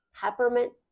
peppermint